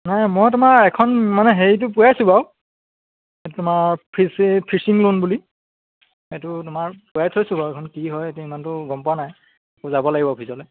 নাই মই তোমাৰ এখন মানে হেৰিটো পূৰাইছোঁ বাৰু তোমাৰ ফিচিং ফিচিং লোন বুলি সেইটো তোমাৰ পূৰাই থৈছোঁ বাৰু সেইখন কি হয় এতিয়া ইমানটো গম পোৱা নাই যাব লাগিব অফিচলৈ